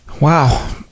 Wow